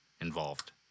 involved